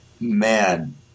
man